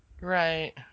Right